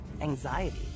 anxiety